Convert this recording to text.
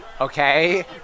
Okay